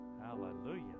Hallelujah